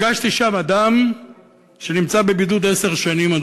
פגשתי שם אדם שנמצא בבידוד עשר שנים,